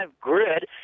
grid